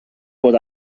bod